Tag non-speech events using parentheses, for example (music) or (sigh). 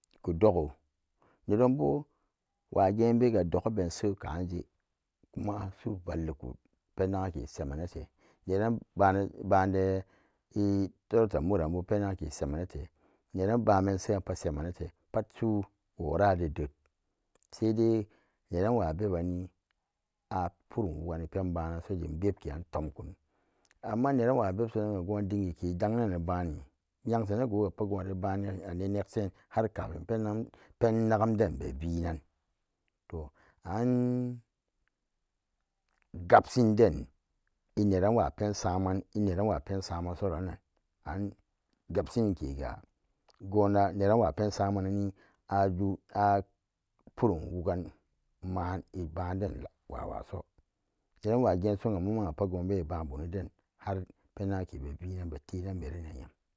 Iku doggo nedonbo wagenbega dog'abense ka'anje kuma su'u valliku pennazunke semennate neran ba'ande litrakto meurenbo penngugnke semenate neran ba'an ben se'an pat semenete pat su'u woraje ded saidai neranwa bebbanni a purum wugani pend bananso dim bebke'an tamkumi amma neran wa bebso'an go'on dingike danglanani ba'ani yangsanagogapat go'on ade banan ade neksen har kamin pen- pennagum denbe vinan to an gabsinden eneranwa pensamen eneranwa pensamesoranan an'gabsikega gona-neranwa pensamen-nanni (unintelligible) a purum wogan ma'an eba'anden wawaso donanwa genso'anga momagapat go'onbe ba'an bonoden har pen'nagumke be vinan be tenan merinan yem.